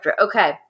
Okay